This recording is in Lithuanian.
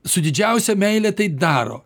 su didžiausia meile tai daro